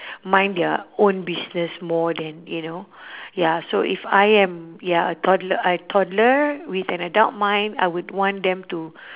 mind their own business more than you know ya so if I am ya a toddler a toddler with an adult mind I would want them to